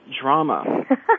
drama